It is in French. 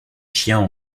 chiens